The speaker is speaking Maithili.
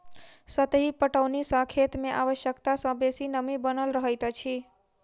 सतही पटौनी सॅ खेत मे आवश्यकता सॅ बेसी नमी बनल रहैत अछि